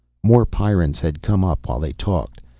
more pyrrans had come up while they talked.